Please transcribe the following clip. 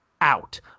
out